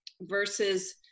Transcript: versus